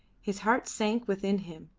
his heart sank within him.